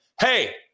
Hey